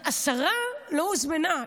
השרה לא הוזמנה.